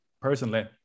personally